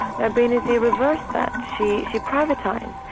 now benazir reversed that, she she privatised.